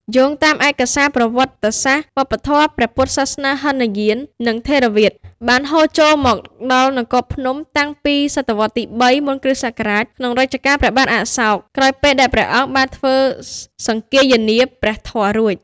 យោងតាមឯកសារប្រវត្តិសាស្ត្រ វប្បធម៌ព្រះពុទ្ធសាសនាហីនយាន ឬថេរវាទ បានហូរចូលមកដល់ នគរភ្នំ តាំងពីសតវត្សរ៍ទី ៣ មុនគ.ស. ក្នុងរជ្ជកាលព្រះបាទអសោក ក្រោយពេលដែលព្រះអង្គបានធ្វើសង្គាយនាព្រះធម៌រួច។